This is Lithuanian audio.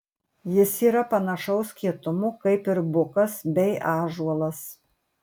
jis yra panašaus kietumo kaip ir bukas bei ąžuolas